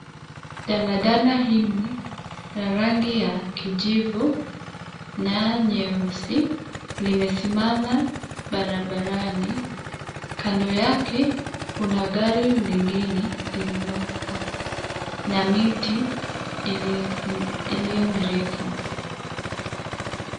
Daladala hili, la rangi ya kijivu, nyaya nyeusi, limesimama, barabarani, kando yake, kuna gari lengine, lililo, po, na miti, iliyo mirefu.